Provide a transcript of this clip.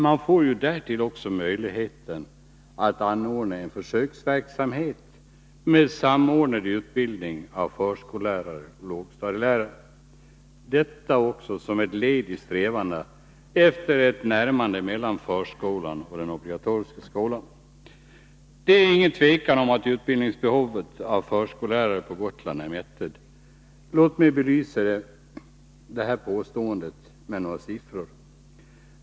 Man får därtill möjligheten att anordna en försöksverksamhet med samordnad utbildning av förskollärare och lågstadielärare, detta också som ett led i strävandena att närma förskolan till den obligatoriska skolan. Det är inget tvivel om att behovet av utbildning av förskollärare på Gotland är mättat. Låt mig belysa detta påstående med några siffror.